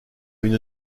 une